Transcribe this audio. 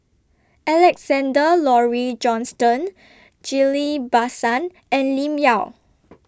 Alexander Laurie Johnston Ghillie BaSan and Lim Yau